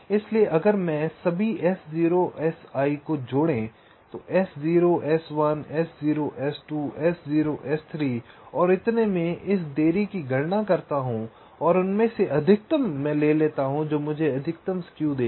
इसलिए अगर मैं सभी S0 और Si जोड़े S0 S1 S0 S2 S0 S3 और इतने पर इस देरी की गणना करता हूं और उनमें से अधिकतम ले लो जो मुझे अधिकतम स्क्यू देगा